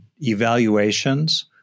evaluations